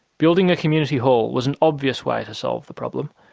building a community hall was an obvious way to solve the problem.